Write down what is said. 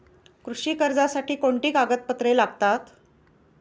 कृषी कर्जासाठी कोणती कागदपत्रे लागतात?